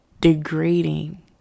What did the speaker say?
degrading